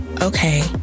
Okay